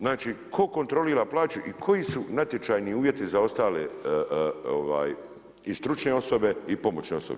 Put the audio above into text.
Znači, tko kontrolira plaću i koji su natječajni uvjeti za ostale i stručne osobe i pomoćne osobe?